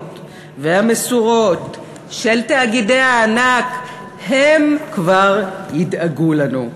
והמסורות של תאגידי הענק הם כבר ידאגו לנו,